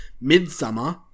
Midsummer